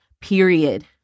period